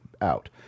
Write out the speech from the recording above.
out